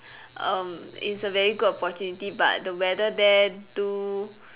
um it's a very good opportunity but the weather there do